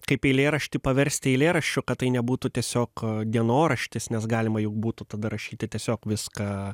kaip eilėraštį paversti eilėraščiu kad tai nebūtų tiesiog dienoraštis nes galima juk būtų tada rašyti tiesiog viską